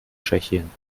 tschechien